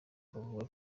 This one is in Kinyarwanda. bavuga